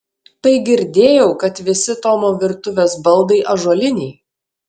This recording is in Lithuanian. tai girdėjau kad visi tomo virtuvės baldai ąžuoliniai